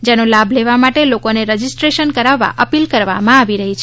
જેનો લાખ લેવા માટે લોકોને રજીસ્ટ્રેશન કરાવવા અપીલ કરવામાં આવી છે